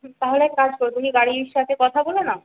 তাহলে এক কাজ করো তুমি গাড়ির সাথে কথা বলে নাও